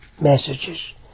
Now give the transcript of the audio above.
messages